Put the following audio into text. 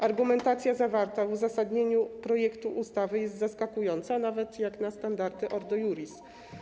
Argumentacja zawarta w uzasadnieniu projektu ustawy jest zaskakująca nawet jak na standardy Ordo Iuris.